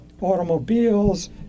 automobiles